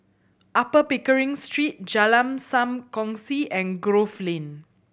Upper Pickering Street Jalan Sam Kongsi and Grove Lane